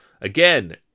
Again